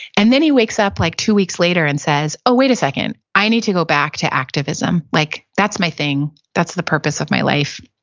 and then he wakes up like two weeks later and says, oh, wait a second. i need to go back to activism. like that's my thing. that's the purpose of my life.